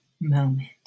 moment